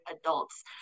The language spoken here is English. adults